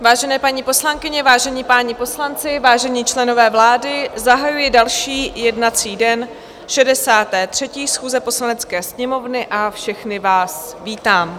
Vážené paní poslankyně, vážení páni poslanci, vážení členové vlády, zahajuji další jednací den 63. schůze Poslanecké sněmovny a všechny vás vítám.